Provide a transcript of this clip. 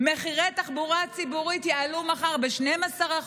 מחירי תחבורה ציבורית יעלו מחר ב-12%.